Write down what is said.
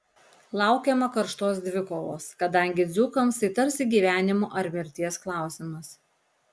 laukiama karštos dvikovos kadangi dzūkams tai tarsi gyvenimo ar mirties klausimas